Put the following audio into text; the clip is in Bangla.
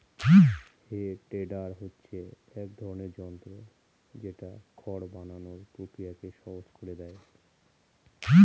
হে টেডার হচ্ছে এক ধরনের যন্ত্র যেটা খড় বানানোর প্রক্রিয়াকে সহজ করে দেয়